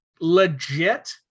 legit